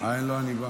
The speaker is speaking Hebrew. אני קובע